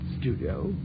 Studio